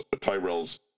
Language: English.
Tyrell's